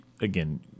again –